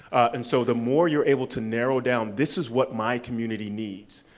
and so the more you're able to narrow down, this is what my community needs,